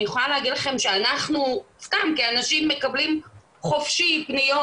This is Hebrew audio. אני יכולה להגיד לכם שאנחנו סתם כאנשים מקבלים חופשי פניות,